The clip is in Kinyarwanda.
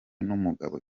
n’umugabo